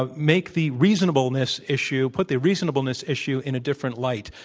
ah make the reasonableness issue put the reasonableness issue in a different light,